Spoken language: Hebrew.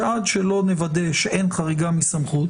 שעד שלא נוודא שאין חריגה מסמכות